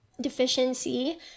deficiency